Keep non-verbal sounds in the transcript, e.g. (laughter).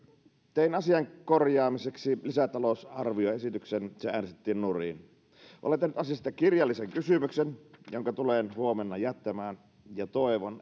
tein asian korjaamiseksi lisätalousarvioesityksen se äänestettiin nurin olen tehnyt asiasta kirjallisen kysymyksen jonka tulen huomenna jättämään ja toivon (unintelligible)